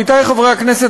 עמיתי חברי הכנסת,